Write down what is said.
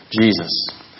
Jesus